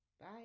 Bye